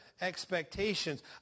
expectations